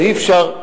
אי-אפשר.